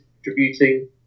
distributing